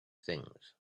things